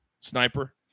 Sniper